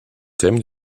thèmes